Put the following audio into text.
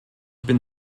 bin